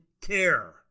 care